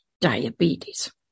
diabetes